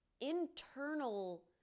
internal